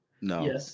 No